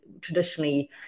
Traditionally